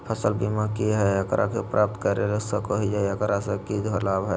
फसल बीमा की है, एकरा के प्राप्त कर सको है, एकरा से की लाभ है?